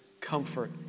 comfort